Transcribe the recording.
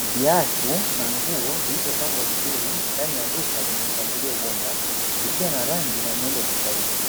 Viatu na nguo zilizopangwa vizuri ndani ya duka lenye mpangilio bomba, zikiwa na rangi na miundo tofauti,